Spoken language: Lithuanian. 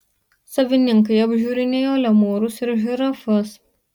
savininkai apžiūrinėjo lemūrus ir žirafas